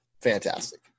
fantastic